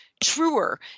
truer